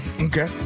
Okay